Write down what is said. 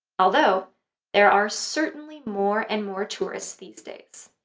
although there are certainly more and more tourists these days!